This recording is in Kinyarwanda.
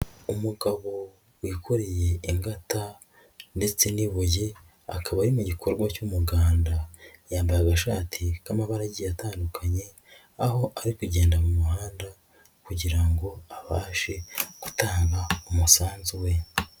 Umugabo wikoreye ingata ndetse n'ibuye, akaba ari mu gikorwa cy'umuganda, yambaye agashati k'amabara agiye atandukanye, aho ari kugenda mu muhanda kugira ngo abashe gutanga umusanzu we.